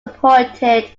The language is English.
appointed